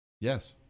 yes